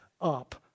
up